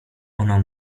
ona